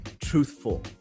truthful